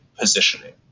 positioning